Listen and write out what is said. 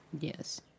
Yes